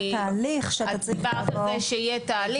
התהליך שאתה צריך לעבור --- זה יגיע לבית הדין לעבודה,